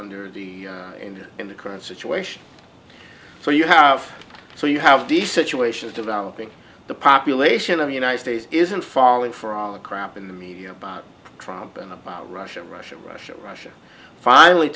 under the in the in the current situation so you have so you have decent you ations developing the population of the united states isn't falling for all the crap in the media about trump and about russia russia russia russia finally